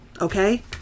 okay